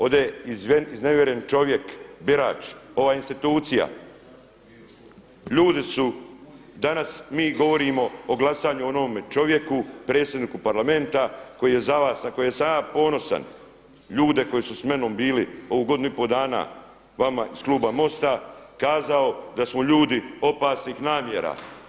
Ovdje je iznevjeren čovjek, birač, ova institucija, ljudi su danas mi govorimo o glasanju onome čovjeku, predsjedniku Parlamenta koji je za vas na koje sam ja ponosan, ljude koji su s menom bili ovih godinu i pol dana vama iz kluba MOST-a kazao da smo ljudi opasnih namjera.